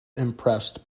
impressed